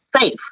safe